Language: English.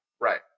Right